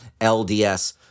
LDS